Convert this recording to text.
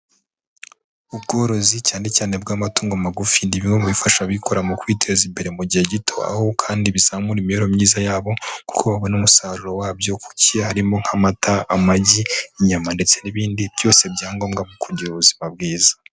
Ubworozi cyane cyane bw'amatungo magufi ni bimwe mu bifasha abikora mu kwiteza imbere mu gihe gito, aho kandi bizamura imibereho myiza yabo kuko babona umusaruro wabyo ku gihe haririmo nk'amata, amagi, inyama ndetse n'ibindi byose bya ngombwa mu kugira ubuzima bwiza.